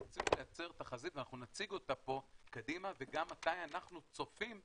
אני צריך לייצר תחזית ואנחנו נציג אותה פה קדימה וגם מתי אנחנו צופים,